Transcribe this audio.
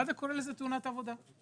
מד"א קורא לזה תאונת עבודה.